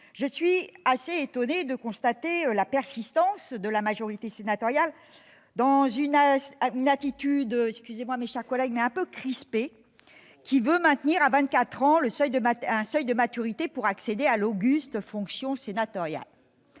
Je suis assez étonnée de constater la persistance de la majorité sénatoriale dans une attitude crispée de maintien à vingt-quatre ans d'un seuil de maturité pour accéder à l'auguste fonction sénatoriale.